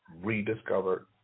rediscovered